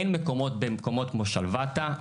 אין מקומות במקומות כמו שלוותה.